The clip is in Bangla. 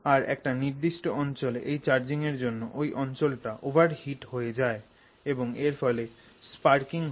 আর একটা নির্দিষ্ট অঞ্চলে এই চার্জিং এর জন্য ওই অঞ্চলটা ওভারহিট হয়ে যায় যার ফলে স্পার্কিং হয়